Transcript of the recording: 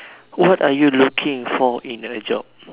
what are you looking for in a job